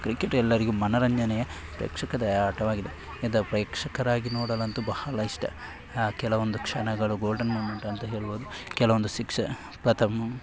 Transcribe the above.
cricket ಎಲ್ಲರಿಗೂ ಮನರಂಜನೆಯ ಪ್ರೇಕ್ಷಕದ ಆಟವಾಗಿದೆ ಇದು ಪ್ರೇಕ್ಷಕರಾಗಿ ನೋಡಲಂತೂ ಬಹಳ ಇಷ್ಟ ಆ ಕೆಲವೊಂದು ಕ್ಷಣಗಳು ಗೋಲ್ಡನ್ ಮೊಮೆಂಟ್ ಅಂತ ಹೇಳ್ಬೋದು ಕೆಲವೊಂದು ಸಿಕ್ಷ ಪ್ರಥಮ